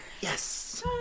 Yes